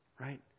right